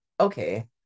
okay